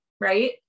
right